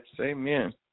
amen